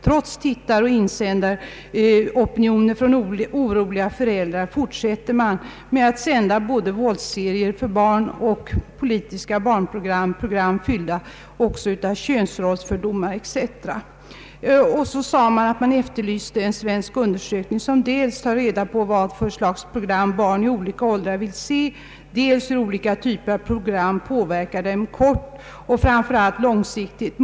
Trots tittaroch insändaropinioner från oroliga föräldrar fortsätter man att sända både våldsserier för barn, politiska barnprogram och program fyllda även av könsfördomar etc. Man efterlyste vidare en svensk undersökning som skulle ta reda på dels vilket slag av program barn i olika åldrar vill se dels hur olika typer av program påverkar dem kortoch framför allt långsiktigt.